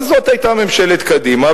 זאת היתה ממשלת קדימה,